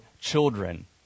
children